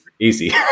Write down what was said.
easy